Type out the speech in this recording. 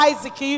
Isaac